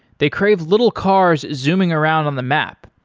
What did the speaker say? they crave little cars zooming around on the map.